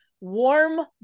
warm